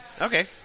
Okay